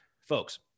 Folks